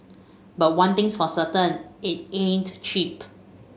but one thing's for certain it ain't cheap